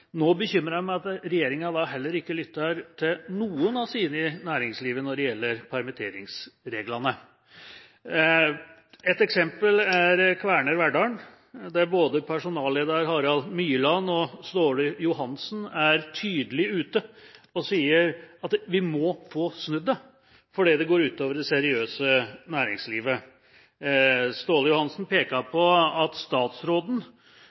ikke lytter til noen av sine i næringslivet når det gjelder permitteringsreglene. Ett eksempel er Kværner Verdal, der både personalleder Harald Myrland og Ståle Johansen er ute og sier tydelig at vi må få snudd det, da det går ut over det seriøse næringslivet. Ståle Johansen peker på at statsråden,